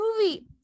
movie